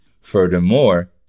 Furthermore